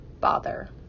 bother